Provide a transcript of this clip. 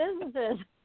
businesses